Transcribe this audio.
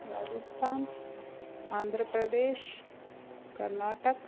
Rajasthan Andhra Pradesh Karnataka